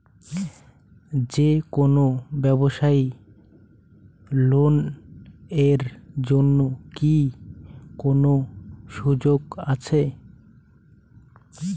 যে কোনো ব্যবসায়ী লোন এর জন্যে কি কোনো সুযোগ আসে?